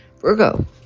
Virgo